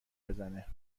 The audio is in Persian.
بزنه